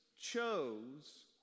chose